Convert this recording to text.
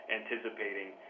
anticipating